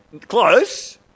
Close